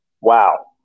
Wow